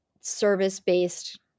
service-based